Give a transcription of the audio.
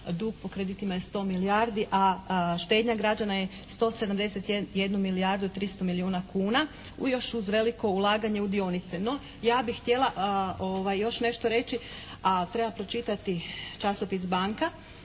Dug po kreditima je 100 milijardi, a štednja građana je 171 milijardu i 300 milijuna kuna uz još uz veliko ulaganje u dionice. No, ja bih htjela još nešto reći, a treba pročitati časopis "Banka"